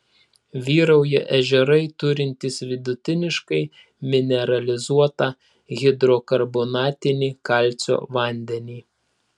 vyrauja ežerai turintys vidutiniškai mineralizuotą hidrokarbonatinį kalcio vandenį